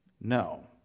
No